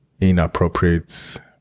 inappropriate